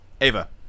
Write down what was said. Ava